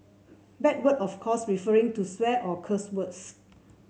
bad word of course referring to swear or cuss words